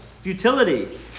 futility